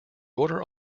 order